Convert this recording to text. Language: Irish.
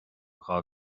dhá